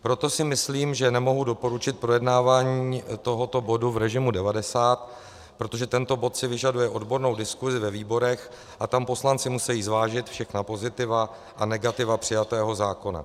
Proto si myslím, že nemohu doporučit projednávání tohoto bodu v režimu 90, protože tento bod si vyžaduje odbornou diskuzi ve výborech a tam poslanci musejí zvážit všechna pozitiva a negativa přijatého zákona.